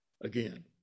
again